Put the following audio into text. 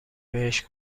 بهش